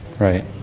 Right